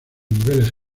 niveles